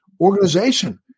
organization